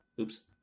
Oops